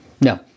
No